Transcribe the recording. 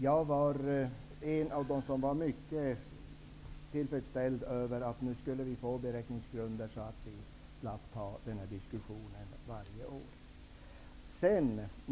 Jag var en av dem som var mycket tillfredsställd över att vi nu skulle få beräkningsgrunder så att vi slapp den här diskussionen varje år.